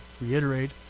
reiterate